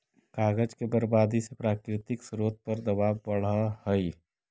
कागज के बर्बादी से प्राकृतिक स्रोत पर दवाब बढ़ऽ हई